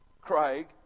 Craig